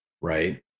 right